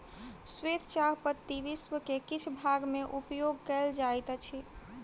श्वेत चाह पत्ती विश्व के किछ भाग में उपयोग कयल जाइत अछि